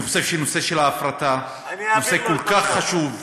אני חושב שנושא ההפרטה של מבחני הנהיגה הוא כל כך חשוב,